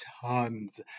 tons